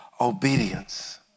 obedience